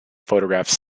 photographed